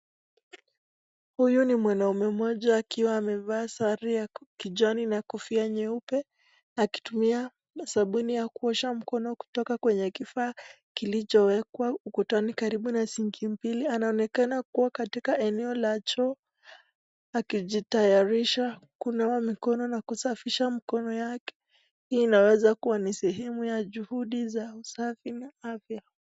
Huyu ni mwanaume mmoja aliyevalia sare ya kijani na nyeupe, akitumia sabuni ya kunawa mokono kutoka kwenye kifaa kilichowekwa ukutani karibu na sinki mbili au anaonekana kuwa eneo la choo akijitayarisha kunawa mikono na kusafisha mikono yake, hii inaweza kuwa nibshemu ya juhudi za usafi na afya.